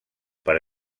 per